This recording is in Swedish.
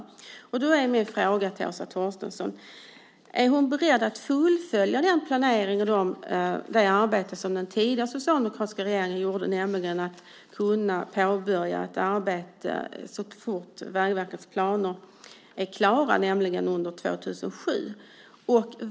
Då är min fråga till Åsa Torstensson: Är du beredd att fullfölja den planering och det arbete som den tidigare, socialdemokratiska regeringen gjorde, det vill säga att man ska påbörja ett arbete så fort Vägverkets planer är klara under 2007?